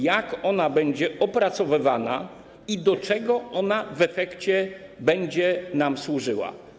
Jak ona będzie opracowywana i do czego w efekcie będzie nam służyła?